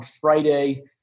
Friday